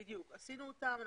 קראנו אותם.